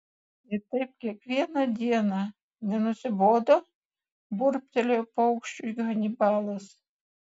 ir taip kiekvieną dieną nenusibodo burbtelėjo paukščiui hanibalas